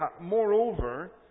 Moreover